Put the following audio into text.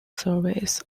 service